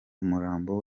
umurambo